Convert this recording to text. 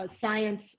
science